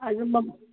ꯑꯗꯨ